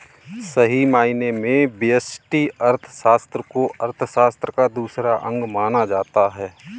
सही मायने में व्यष्टि अर्थशास्त्र को अर्थशास्त्र का दूसरा अंग माना जाता है